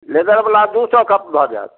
लेदरबला दू सए कम भऽ जाएत